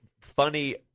funny